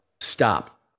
stop